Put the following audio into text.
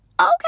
okay